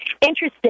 interested